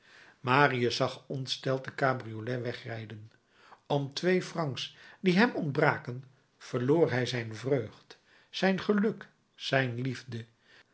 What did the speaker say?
marius zag ontsteld de cabriolet wegrijden om twee francs die hem ontbraken verloor hij zijn vreugd zijn geluk zijn liefde